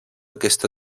aquesta